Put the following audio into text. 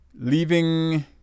leaving